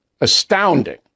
astounding